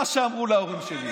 עד מתי, שלך?